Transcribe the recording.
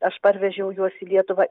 aš parvežiau juos į lietuvą